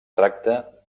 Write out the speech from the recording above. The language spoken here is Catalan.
tracta